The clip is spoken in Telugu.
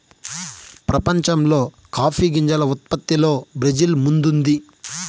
ప్రపంచంలో కాఫీ గింజల ఉత్పత్తిలో బ్రెజిల్ ముందుంది